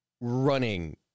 running